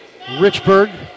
Richburg